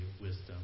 wisdom